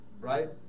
right